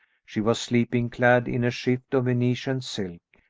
she was sleeping clad in a shift of venetian silk,